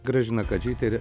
gražina kadžytė ir